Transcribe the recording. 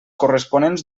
corresponents